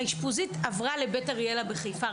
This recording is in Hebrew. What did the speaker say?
האשפוזית עברה לבית אריאלה בחיפה.